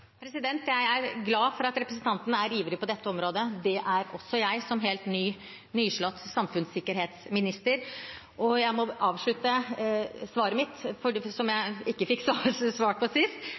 Jeg er glad for at representanten er ivrig på dette området. Det er også jeg, som helt nyslått samfunnssikkerhetsminister. Jeg må avslutte svaret mitt, som jeg ikke fikk sist, fordi jeg ikke kom til poenget. Jeg beklager at jeg brukte lang tid på